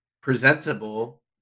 presentable